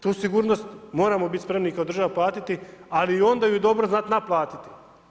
Tu sigurnost moramo biti spremni i kao država platiti, ali i onda ju dobro znat naplatiti.